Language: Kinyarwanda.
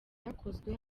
yakozwe